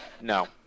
No